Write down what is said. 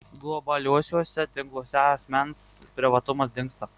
globaliuosiuose tinkluose asmens privatumas dingsta